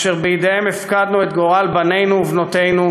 אשר בידיהם הפקדנו את גורל בנינו ובנותינו,